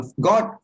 God